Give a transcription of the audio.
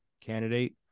candidate